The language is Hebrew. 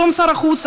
פתאום שר החוץ,